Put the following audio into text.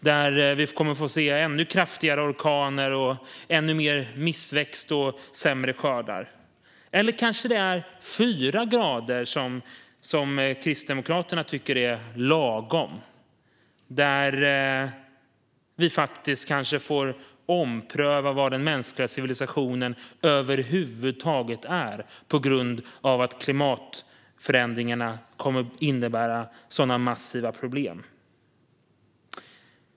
Det skulle innebära ännu kraftigare orkaner, ännu mer missväxt och sämre skördar. Eller är det kanske fyra grader som Kristdemokraterna tycker är lagom? Då får vi kanske ompröva vad den mänskliga civilisationen över huvud taget är på grund av att klimatförändringarna kommer att innebära sådana massiva problem.